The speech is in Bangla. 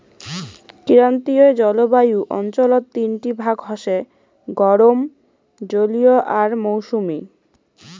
ক্রান্তীয় জলবায়ু অঞ্চলত তিনটি ভাগ হসে গরম, জলীয় আর মৌসুমী